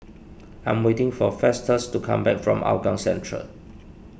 I am waiting for Festus to come back from Hougang Central